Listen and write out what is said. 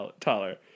taller